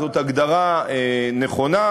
זאת הגדרה נכונה,